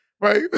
right